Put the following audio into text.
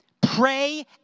pray